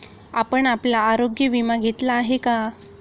आपण आपला आरोग्य विमा घेतला आहे का?